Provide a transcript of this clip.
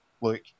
look